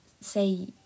say